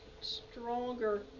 stronger